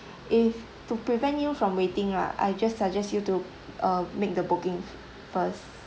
if to prevent you from waiting lah I just suggest you to uh make the booking first